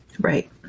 Right